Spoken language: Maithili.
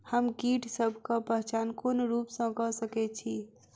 हम कीटसबक पहचान कोन रूप सँ क सके छी?